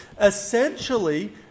essentially